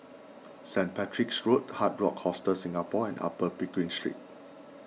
Saint Patrick's Road Hard Rock Hostel Singapore and Upper Pickering Street